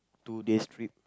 two days trip